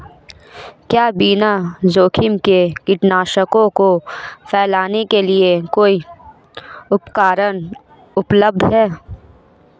क्या बिना जोखिम के कीटनाशकों को फैलाने के लिए कोई उपकरण उपलब्ध है?